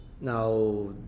now